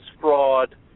fraud